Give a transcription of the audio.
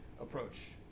approach